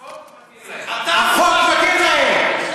החוק מתיר להם.